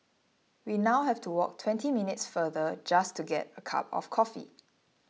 we now have to walk twenty minutes further just to get a cup of coffee